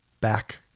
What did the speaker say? back